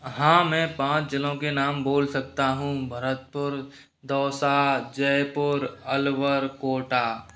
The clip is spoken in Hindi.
हाँ मैं पाँच जिलों के नाम बोल सकता हूँ भरतपुर दौसा जयपुर अलवर कोटा